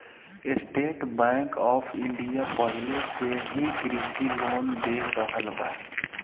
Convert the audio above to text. estate Bank of India पाहिले से ही कृषि लोन दे रहल बा